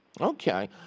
Okay